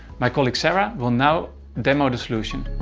my colleague sarah will now demo the solution.